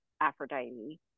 Aphrodite